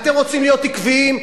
אתם רוצים להיות עקביים?